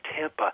Tampa